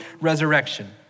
resurrection